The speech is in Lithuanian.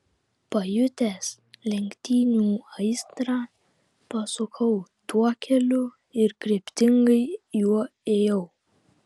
pajutęs lenktynių aistrą pasukau tuo keliu ir kryptingai juo ėjau